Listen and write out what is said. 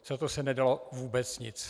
Za to se nedalo vůbec nic.